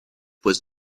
was